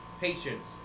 Patience